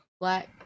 black